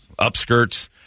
Upskirts